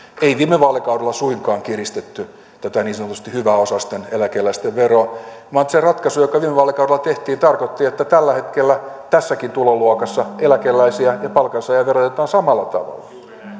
ei viime vaalikaudella suinkaan kiristetty tätä niin sanotusti hyväosaisten eläkeläisten veroa vaan se ratkaisu joka viime vaalikaudella tehtiin tarkoitti että tällä hetkellä tässäkin tuloluokassa eläkeläisiä ja palkansaajia verotetaan samalla tavalla